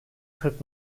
kırk